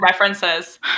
references